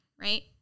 Right